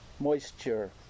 moisture